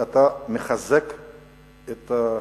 אתה מחזק את החרדים.